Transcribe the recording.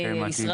אוקיי.